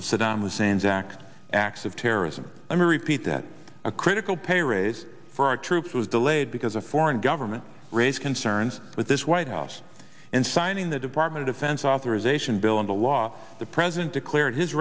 of saddam hussein's act acts of terrorism i repeat that a critical pay raise for our troops was delayed because a foreign government raised concerns with this white house and signing the department offense authorization bill into law the president declared his